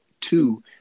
Two